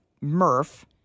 Murph